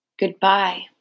Goodbye